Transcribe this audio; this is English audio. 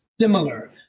similar